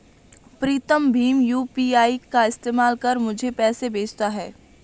प्रीतम भीम यू.पी.आई का इस्तेमाल कर मुझे पैसे भेजता है